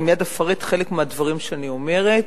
אני מייד אפרט חלק מהדברים שאני אומרת,